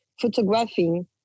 photographing